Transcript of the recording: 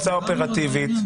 הצעה אופרטיבית,